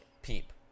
peep